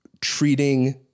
treating